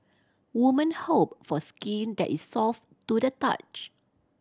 woman hope for skin that is soft to the touch